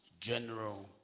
general